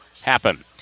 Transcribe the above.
happen